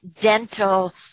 dental